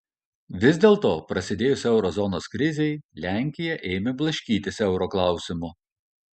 vis dėlto prasidėjus euro zonos krizei lenkija ėmė blaškytis euro klausimu